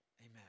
Amen